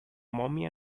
mommy